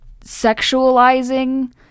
sexualizing